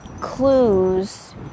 clues